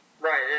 Right